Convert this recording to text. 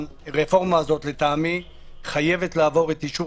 הרפורמה הזו לטעמי חייבת לעבור את אישור